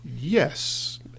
Yes